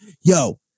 Yo